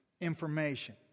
information